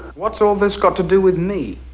what's all this got to do with me?